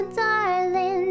darling